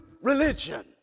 religion